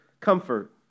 Comfort